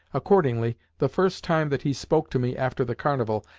accordingly, the first time that he spoke to me after the carnival,